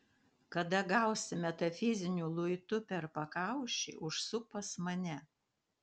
kada gausi metafiziniu luitu per pakaušį užsuk pas mane